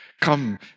Come